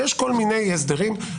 יש כל מיני הסדרים.